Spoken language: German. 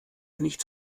nichts